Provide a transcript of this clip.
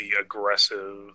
aggressive